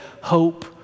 hope